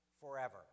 forever